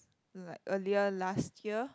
like earlier last year